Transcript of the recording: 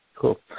Cool